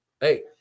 Hey